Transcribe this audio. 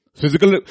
Physical